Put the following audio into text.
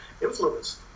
influenced